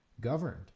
governed